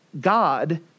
God